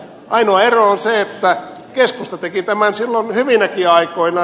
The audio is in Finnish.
ainoa ero on se että keskusta teki tämän silloin hyvinäkin aikoina